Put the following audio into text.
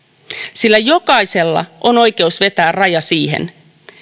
sillä jokaisella on oikeus vetää raja siihen